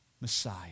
Messiah